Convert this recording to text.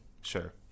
Sure